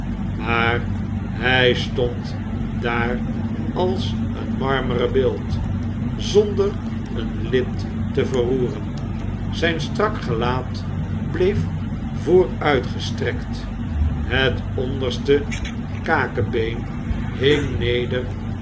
maar hij stond daar als een marmeren beeld zonder een lid te verroeren zijn strak gelaat bleef vooruitgestrekt het onderste kakebeen hing neder